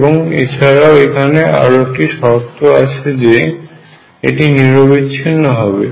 এবং এছাড়াও এখানে আরো একটি শর্ত আছে যে এটি নিরবিচ্ছিন্ন হবে